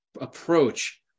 approach